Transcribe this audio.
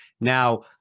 now